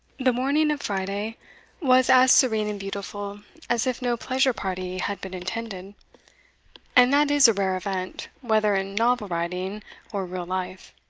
the morning of friday was as serene and beautiful as if no pleasure party had been intended and that is a rare event, whether in novel-writing or real life.